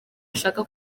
ashaka